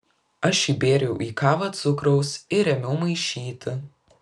aš įbėriau į kavą cukraus ir ėmiau maišyti